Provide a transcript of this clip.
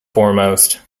foremost